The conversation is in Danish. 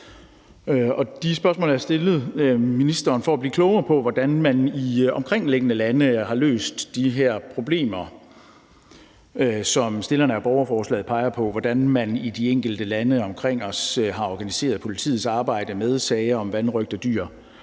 Og de spørgsmål har jeg stillet ministeren for at blive klogere på, hvordan man i de omkringliggende lande har løst de her problemer, som stillerne af borgerforslaget peger på, altså hvordan man i de enkelte lande omkring os har organiseret politiets arbejde med sager om vanrøgt af dyr,